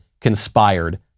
conspired